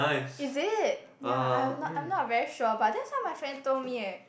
is it ya I'm not I'm not very sure but that's what my friend told me eh